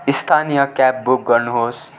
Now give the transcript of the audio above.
स्थानीय cab book गर्नुहोस्